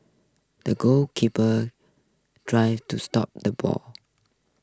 the goalkeeper drived to stop the ball